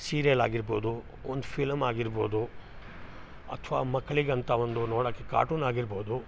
serial ಆಗಿರ್ಬೋದು ಒಂದು film ಆಗಿರ್ಬೋದು ಅಥವಾ ಮಕ್ಕಳಿಗಂತ ಒಂದು ನೋಡಕ್ಕೆ ಕಾರ್ಟೂನ್ ಆಗಿರ್ಬೋದು